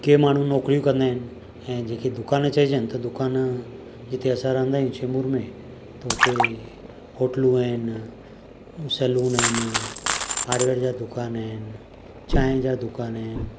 कंहिं माण्हू मोकल कंदा आहिनि ऐं जेके दुकान चइजनि त दुकान जिते असां रहंदा आहियूं चेंबूर में त उते होटलूं आहिनि सैलून आहिनि हार्डवेयर जा दुकान आहिनि चांहि जा दुकान आहिनि